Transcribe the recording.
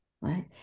right